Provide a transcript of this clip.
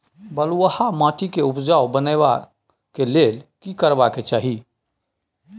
बालुहा माटी के उपजाउ बनाबै के लेल की करबा के चाही?